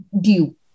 due